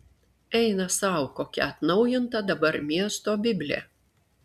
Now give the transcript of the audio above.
eina sau kokia atnaujinta dabar miesto biblė